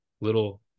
little